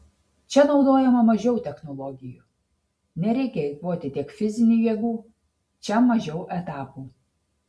čia naudojama mažiau technologijų nereikia eikvoti tiek fizinių jėgų čia mažiau etapų